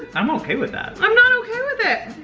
i'm okay with that. i'm not okay with it.